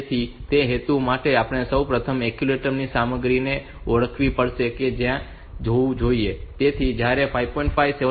તેથી તે હેતુ માટે આપણે સૌપ્રથમ એક્યુમ્યુલેટર ની સામગ્રીને ઓળખવી પડશે કે તે ત્યાં હોવું જોઈએ તેથી આપણે 5